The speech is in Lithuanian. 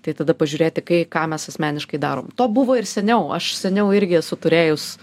tai tada pažiūrėti kai ką mes asmeniškai darom to buvo ir seniau aš seniau irgi esu turėjus